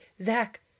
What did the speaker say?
Zach